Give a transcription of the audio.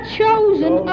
chosen